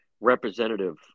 representative